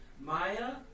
Maya